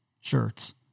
shirts